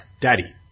Daddy